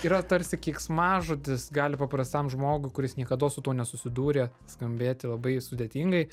yra tarsi keiksmažodis gali paprastam žmogui kuris niekados su tuo nesusidūrė skambėti labai sudėtingai